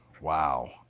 Wow